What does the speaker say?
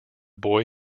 boy